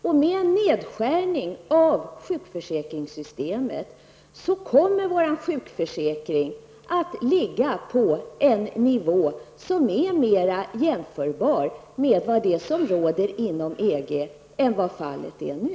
Med en nedskärning i sjukförsäkringssystemet kommer vår sjukförsäkring att ligga på en nivå som är mer jämförbar med den i EG-länderna än vad fallet är nu.